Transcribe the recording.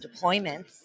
deployments